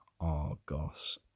Argos